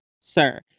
sir